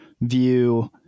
view